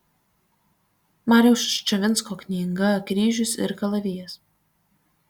mariaus ščavinsko knyga kryžius ir kalavijas